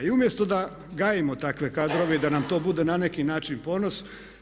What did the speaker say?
I umjesto da gajimo takve kadrove i da nam to bude na neki način ponos.